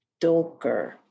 Dolker